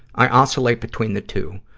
i oscillate between the two.